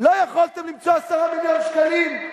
לא יכולתם למצוא 10 מיליון שקלים?